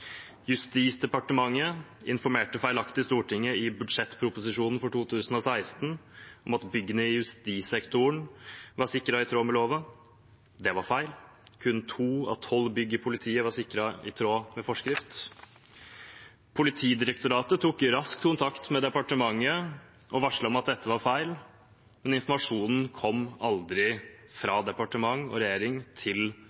Justisdepartementet informerte feilaktig Stortinget i budsjettproposisjonen for 2016 om at byggene i justissektoren var sikret i tråd med loven. Det var feil. Kun to av tolv bygg i politiet var sikret i tråd med forskrift. Politidirektoratet tok raskt kontakt med departementet og varslet om at dette var feil, men informasjonen kom aldri